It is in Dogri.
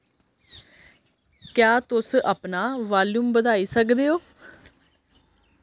क्या तुस अपना वाल्यूम बधाई सकदे ओ